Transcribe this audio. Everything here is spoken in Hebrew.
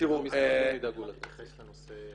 -- אולי זאת הבעיה.